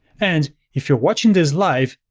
and if you're watching this live,